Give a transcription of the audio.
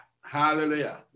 Hallelujah